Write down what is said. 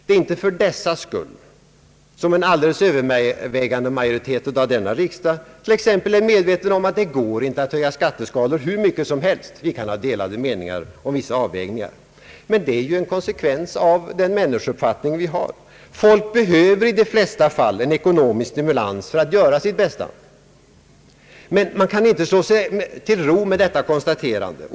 Det är inte för dessa senares skull som en alldeles övervägande majoritet av denna riksdag t.ex. är medveten om att det inte går att höja skatteskalorna hur mycket som helst, vi kan ha delade meningar om vissa avvägningar. Det är bara en konsekvens av den människouppfattning vi har. Folk behöver i de flesta fall en viss ekonomisk stimulans för att göra sitt bästa. Man kan emellertid inte slå sig till ro med bara detta konstaterande.